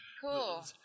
Cool